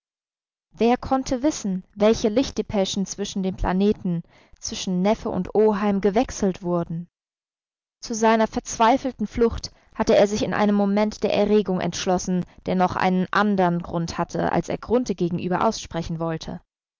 wer konnte wissen welche lichtdepeschen zwischen den planeten zwischen neffe und oheim gewechselt wurden zu seiner verzweifelten flucht hatte er sich in einem moment der erregung entschlossen der noch einen andern grund hatte als er grunthe gegenüber aussprechen wollte